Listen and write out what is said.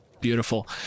Beautiful